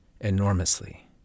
enormously